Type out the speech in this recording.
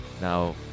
Now